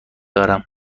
دارم